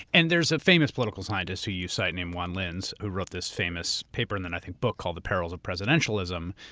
and there's a famous political scientist who you cite named juan linz who wrote this famous paper and then, i think, book called the perils of presidentialism,